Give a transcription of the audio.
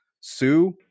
Sue